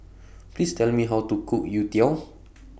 Please Tell Me How to Cook Youtiao